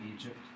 Egypt